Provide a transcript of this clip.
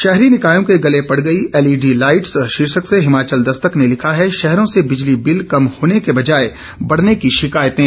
शहरी निकायों के गले पड़ गई एलईडी लाईट्स शीर्षक से हिमाचल दस्तक ने लिखा है शहरों से बिजली बिल कम होने के बजाय बढ़ने की शिकायतें